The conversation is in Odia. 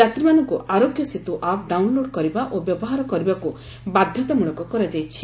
ଯାତ୍ରୀମାନଙ୍କୁ ଆରୋଗ୍ୟସେତୁ ଆପ୍ ଡାଉନ୍ଲୋଡ କରିବା ଓ ବ୍ୟବହାର କରିବାକୁ ବାଧ୍ୟତାମୂଳକ କରାଯାଇଛି